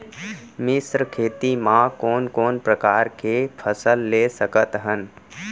मिश्र खेती मा कोन कोन प्रकार के फसल ले सकत हन?